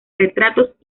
retratos